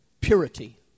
purity